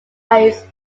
ice